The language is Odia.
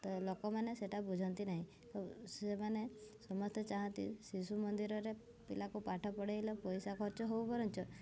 ତ ଲୋକମାନେ ସେଇଟା ବୁଝନ୍ତି ନାହିଁ ସେମାନେ ସମସ୍ତେ ଚାହାନ୍ତି ଶିଶୁ ମନ୍ଦିରରେ ପିଲାକୁ ପାଠ ପଢ଼ାଇଲେ ପଇସା ଖର୍ଚ୍ଚ ହଉ